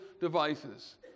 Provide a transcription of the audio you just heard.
devices